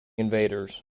invaders